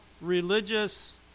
religious